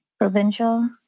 provincial